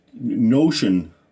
notion